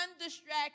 undistracted